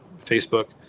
Facebook